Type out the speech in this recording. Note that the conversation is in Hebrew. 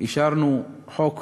אישרנו את חוק